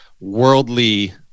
worldly